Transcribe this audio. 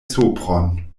sopron